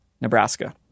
Nebraska